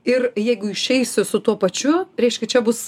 ir jeigu išeisiu su tuo pačiu reiškia čia bus